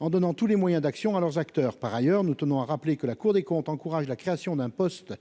en donnant tous les moyens d'action à leurs acteurs, par ailleurs, nous tenons à rappeler que la Cour des comptes, encourage la création d'un poste